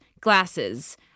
glasses